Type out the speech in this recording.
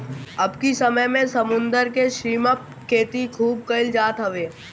अबकी समय में समुंदर में श्रिम्प के खेती खूब कईल जात हवे